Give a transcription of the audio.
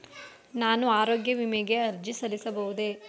ನಾನು ಆರೋಗ್ಯ ವಿಮೆಗೆ ಅರ್ಜಿ ಸಲ್ಲಿಸಬಹುದೇ?